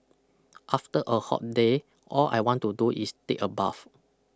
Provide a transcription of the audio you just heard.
after a hot day all I want to do is take a bath